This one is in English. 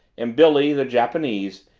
and billy, the japanese,